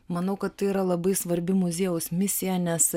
manau kad tai yra labai svarbi muziejaus misija nes